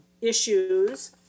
issues